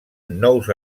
nous